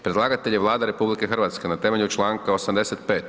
Predlagatelj je Vlada RH na temelju članka 85.